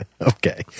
Okay